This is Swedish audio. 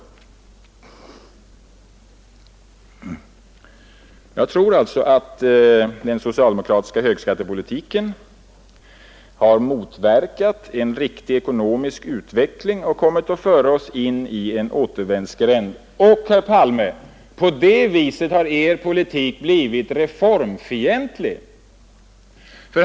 Jag tror alltså att den socialdemokratiska högskattepolitiken har motverkat en riktig ekonomisk utveckling och kommit att föra oss in i en återvändsgränd och, herr Palme, på det viset har Er politik blivit reformfientlig.